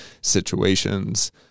situations